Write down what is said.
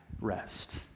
rest